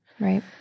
Right